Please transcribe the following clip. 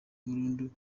burundu